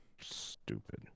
stupid